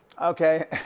Okay